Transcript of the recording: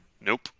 Nope